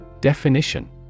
Definition